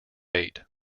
eight